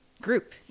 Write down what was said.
group